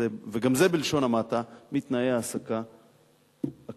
וגם זה בלשון המעטה, מתנאי ההעסקה הקיימים.